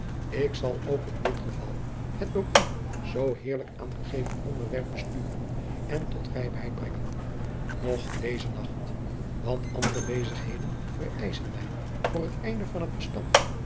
ik zal ook in dit geval het door u zoo heerlijk aangegeven ontwerp besturen en tot rijpheid brengen nog deze nacht want andere bezigheden vereisschen mij voor het einde van t bestand